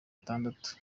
atandatu